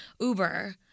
Uber